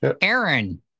Aaron